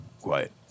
Quiet